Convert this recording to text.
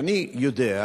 ואני יודע,